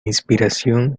inspiración